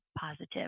positive